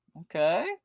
okay